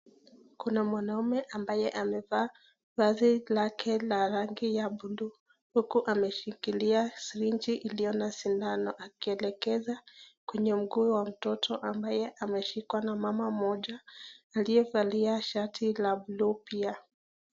Kuna mwanaume ambaye amevaa vazi lake ya rangi ya blue .Huku ameshikilia siringi iliyo na sindano . Akielekeza kwenye mguu wa mtoto ambaye ameshikwa na mama moja aliyevalia shati la blue pia.